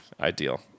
ideal